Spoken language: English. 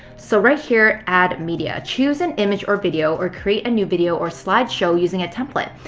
so right here, add media. choose an image or video or create a new video or slide show using a template.